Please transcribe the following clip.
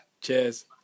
Cheers